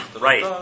Right